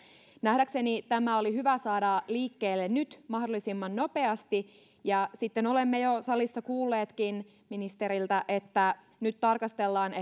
nähdäkseni tämä oli hyvä saada liikkeelle nyt mahdollisimman nopeasti olemme jo salissa kuulleetkin ministeriltä että nyt tarkastellaan